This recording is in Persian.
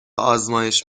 آزمایش